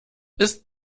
ist